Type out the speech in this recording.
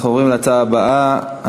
אנחנו עוברים להצעה הבאה לסדר-היום,